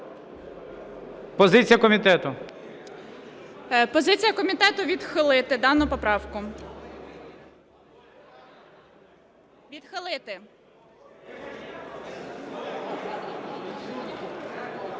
Позиція комітету – відхилити дану поправку. Відхилити.